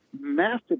massive